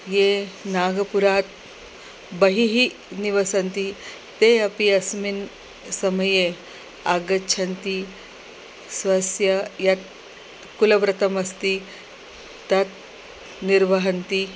ये नागपुरात् बहिः निवसन्ति ते अपि अस्मिन् समये आगच्छन्ति स्वस्य यत् कुलव्रतमस्ति तत् निर्वहन्ति